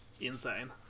insane